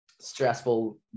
stressful